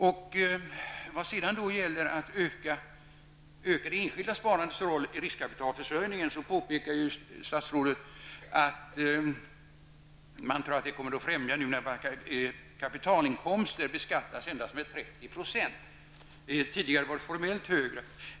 Vidare har vi frågan om att öka det enskilda sparandets roll i riskkapitalförsörjningen. Statsrådet påpekar att det kommer att befrämjas när kapitalinkomster nu endast beskattas med 30 %. Tidigare var det formellt högre.